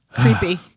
creepy